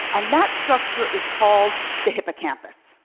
and that structure is called the hippocampus.